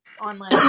online